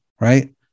right